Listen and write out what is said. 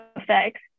effects